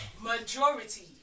majority